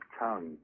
tongue